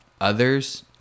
others